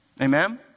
Amen